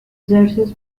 xerxes